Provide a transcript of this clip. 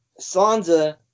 Sansa